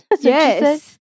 Yes